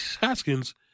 Haskins